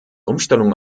umstellung